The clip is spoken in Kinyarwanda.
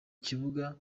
kibuga